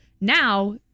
Now